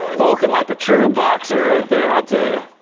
volkan like a true boxer right there on today.